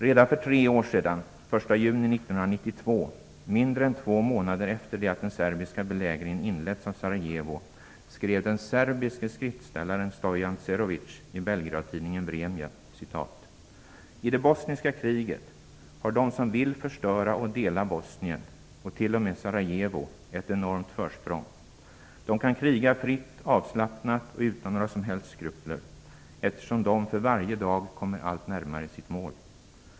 Redan för tre år sedan, den 1 juni 1992, mindre än två månader efter det att den serbiska belägringen av Sarajevo inletts, skrev den serbiske skriftställaren Stojan Cerovic i Belgradtidningen "I det bosniska kriget har de som vill förstöra och dela Bosnien, och till och med Sarajevo, ett enormt försprång. De kan kriga fritt, avslappnat och utan några som helst skrupler, eftersom de för varje dag kommer allt närmare sitt mål.